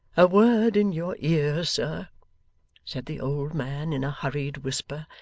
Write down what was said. a word in your ear, sir said the old man in a hurried whisper.